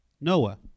Noah